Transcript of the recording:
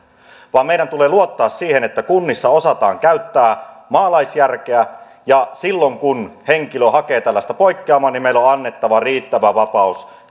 vaan meidän tulee luottaa siihen että kunnissa osataan käyttää maalaisjärkeä ja silloin kun henkilö hakee tällaista poikkeamaa niin meidän on annettava riittävä vapaus